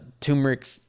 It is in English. turmeric